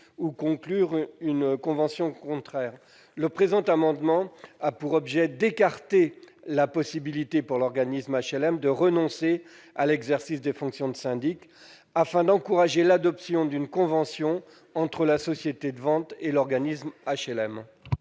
ou conclure une convention contraire. Le présent amendement a pour objet d'écarter la possibilité pour l'organisme HLM de renoncer à l'exercice des fonctions de syndic, afin d'encourager l'adoption d'une convention entre la société de vente et l'organisme HLM.